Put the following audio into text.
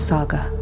Saga